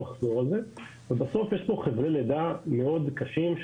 אחזור על זה ובטוח שיש פה חבלי לידה מאוד קשים,